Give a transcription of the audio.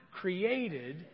created